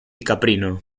caprino